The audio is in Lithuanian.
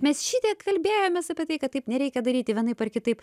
mes šitiek kalbėjomės apie tai kad taip nereikia daryti vienaip ar kitaip